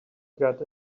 got